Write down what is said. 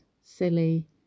silly